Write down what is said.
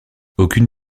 aucune